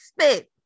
spit